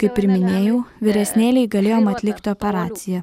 kaip ir minėjau vyresnėlei galėjom atlikti operaciją